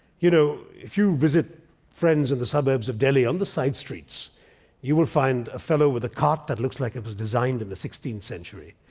you know, if you visit friends in the suburbs of delhi, on the side streets you will find a fellow with a cart that looks like it was designed in the sixteenth century,